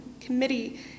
committee